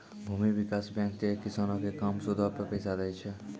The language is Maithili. भूमि विकास बैंक जे छै, किसानो के कम सूदो पे पैसा दै छे